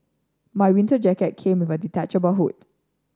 my winter jacket came with a detachable hood